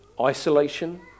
isolation